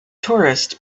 tourists